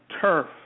turf